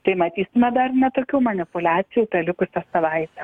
tai matysime dar ne tokių manipuliacijų tą likusią savaitę